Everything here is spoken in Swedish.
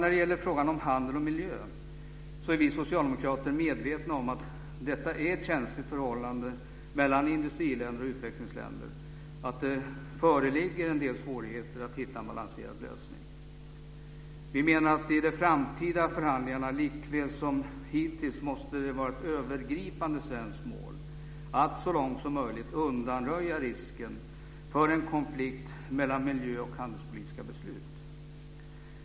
När det gäller frågan om handel och miljö är vi socialdemokrater medvetna om att det är ett känsligt förhållande mellan industriländer och utvecklingsländer, att det föreligger en del svårigheter att hitta en balanserad lösning. Vi menar att i de framtida förhandlingarna likväl som hittills måste det vara ett övergripande svenskt mål att så långt som möjligt undanröja risken för en konflikt mellan miljöoch handelspolitiska beslut.